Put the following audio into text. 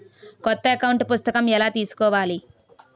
కొత్త అకౌంట్ పుస్తకము ఎలా తీసుకోవాలి?